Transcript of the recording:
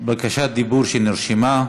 בקשת דיבור שנרשמה,